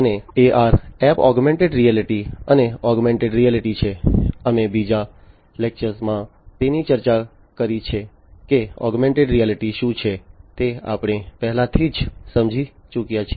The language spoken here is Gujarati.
અને AR app augmented reality app અને ઓગમેન્ટેડ રિયાલિટી છે અમે બીજા લેક્ચરમાં તેની ચર્ચા કરી છે કે ઓગમેન્ટેડ રિયાલિટી શું છે તે આપણે પહેલાથી જ સમજી ચૂક્યા છીએ